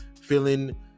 feeling